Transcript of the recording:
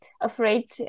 afraid